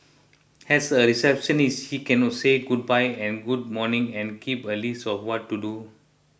as a receptionist she can no say goodbye and good morning and keep a list of what to do